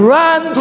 run